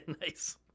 Nice